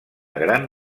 gran